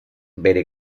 bere